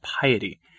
piety